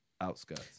outskirts